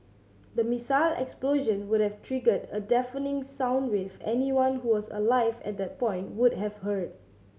the missile explosion would have triggered a deafening sound wave anyone who was alive at that point would have heard